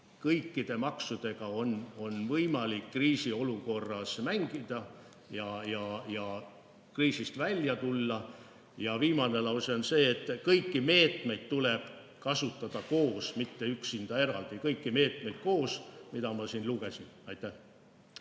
kõikide maksudega on võimalik kriisiolukorras mängida ja kriisist välja tulla. Mu viimane lause on see, et kõiki meetmeid tuleb kasutada koos, mitte üksinda, eraldi – kõiki neid meetmeid koos, mis ma siin ette lugesin. Aitäh!